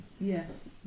Yes